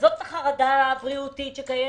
עזוב את החרדה הבריאותית שקיימת,